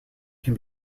can